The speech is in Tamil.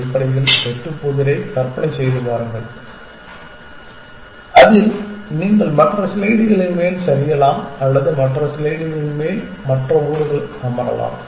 அடிப்படையில் எட்டு புதிரை கற்பனை செய்து பாருங்கள் அதில் நீங்கள் மற்ற ஸ்லைடுகளின் மேல் சரியலாம் அல்லது மற்ற ஸ்லைடுகளின் மேல் மற்ற ஓடுகள் அமரலாம்